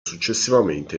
successivamente